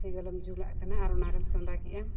ᱥᱮᱸᱜᱮᱞᱮᱢ ᱡᱩᱞᱟᱜ ᱠᱟᱱᱟ ᱟᱨ ᱚᱱᱟᱨᱮᱢ ᱪᱚᱸᱫᱟ ᱠᱮᱫᱟ